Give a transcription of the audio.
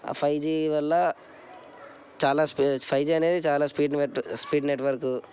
five G వల్ల చాలా స్పె ఫైవ్ జీ అనేది చాలా స్పీడ్ స్పీడ్ నెట్వర్క్